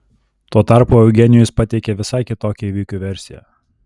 tuo tarpu eugenijus pateikė visai kitokią įvykių versiją